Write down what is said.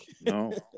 No